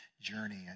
journey